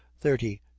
thirty